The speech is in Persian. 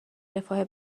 رفاه